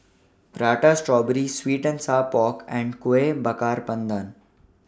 Prata Strawberry Sweet and Sour Pork and Kueh Bakar Pandan